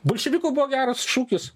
bolševikų buvo geras šūkis